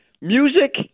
music